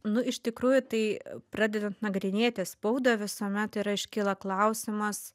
nu iš tikrųjų tai pradedant nagrinėti spaudą visuomet yra iškyla klausimas